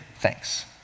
thanks